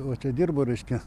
va čia dirbo reiškia